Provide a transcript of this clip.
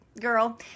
Girl